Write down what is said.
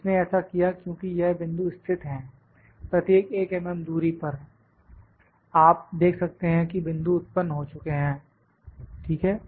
उसने ऐसा किया क्योंकि यह बिंदु स्थित हैं प्रत्येक 1 mm दूरी पर आप देख सकते हैं कि बिंदु उत्पन्न हो चुके हैं ठीक है